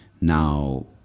Now